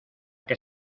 que